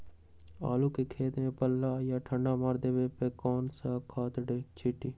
आलू के खेत में पल्ला या ठंडा मार देवे पर कौन खाद छींटी?